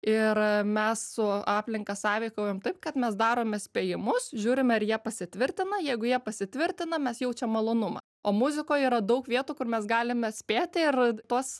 ir mes su aplinka sąveikaujam taip kad mes darome spėjimus žiūrime ar jie pasitvirtina jeigu jie pasitvirtina mes jaučiam malonumą o muzikoj yra daug vietų kur mes galime spėti ir tuos